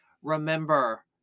remember